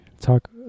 Talk